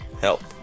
Help